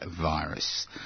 virus